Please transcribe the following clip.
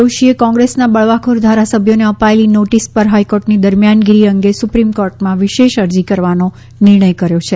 જોશીએ કોંગ્રેસના બળવાખોર ધારાસભ્યોને અપાયેલી નોટિસ પર હાઇકોર્ટની દરમિયાનગીરી અંગે સુપ્રીમ કોર્ટમાં વિશેષ અરજી કરવાનો નિર્ણય કર્યો છે